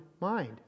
mind